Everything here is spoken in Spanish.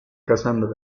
cassandra